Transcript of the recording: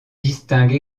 distinguent